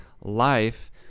life